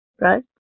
right